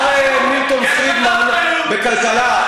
אמר מילטון פרידמן בכלכלה,